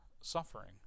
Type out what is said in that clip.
suffering